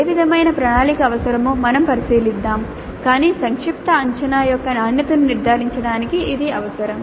ఏ విధమైన ప్రణాళిక అవసరమో మేము పరిశీలిస్తాము కాని సంక్షిప్త అంచనా యొక్క నాణ్యతను నిర్ధారించడానికి ఇది అవసరం